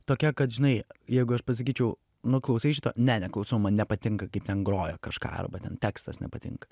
tokia kad žinai jeigu aš pasakyčiau nu klausei šito ne neklausiau man nepatinka kaip ten groja kažką arba ten tekstas nepatinka